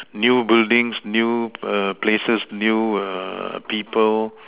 new buildings new err places new err people